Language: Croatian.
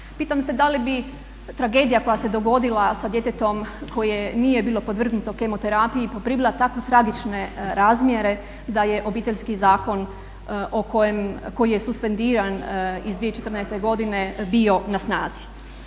Pitam se da li bi tragedija koja se dogodila sa djetetom koje nije bilo podvrgnuto kemoterapiji poprimila tako tragične razmjere da je Obiteljski zakon koji je suspendiran iz 2014.godine bio na snazi.